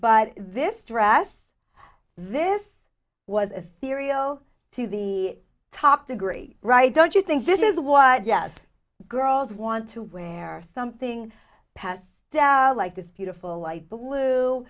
but this dress this was a serial to the top degree right don't you think this is why yes girls want to wear something passed down like this beautiful light blue